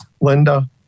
Linda